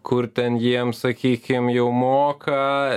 kur ten jiems sakykim jau moka